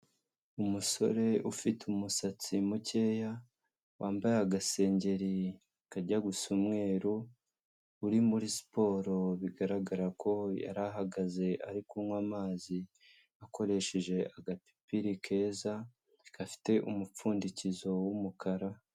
Umusore ufite umusatsi mukeya wambaye agasengeri kajya gusa umweru, uri muri siporo bigaragara ko yari ahagaze ari kunywa amazi akoresheje agapipiri keza gafite umupfundikizo w'umukara.